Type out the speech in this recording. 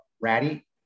ratty